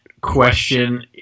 question